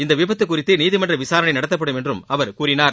இந்த விபத்து குறித்து நீதிமன்ற விசாரணை நடத்தப்படும் என்றும் அவர் கூறினார்